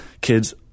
Kids